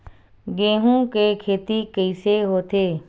गेहूं के खेती कइसे होथे?